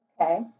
Okay